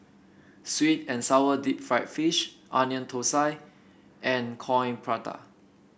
sweet and sour Deep Fried Fish Onion Thosai and Coin Prata